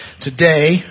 today